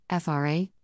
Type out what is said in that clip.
FRA